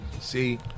See